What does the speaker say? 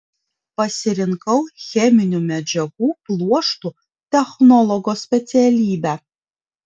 pasirinkau cheminių medžiagų pluoštų technologo specialybę